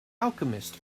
alchemist